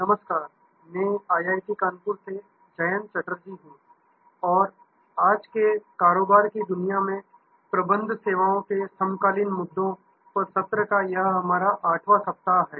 नमस्कार में आईआईटी कानपुर से जयंत चटर्जी हूं और आज के कारोबार की दुनिया में प्रबंध सेवाओं के समकालीन मुद्दों पर सत्र का यह हमारा 8 वां सप्ताह है